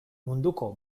munduko